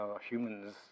humans